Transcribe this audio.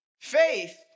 Faith